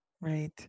Right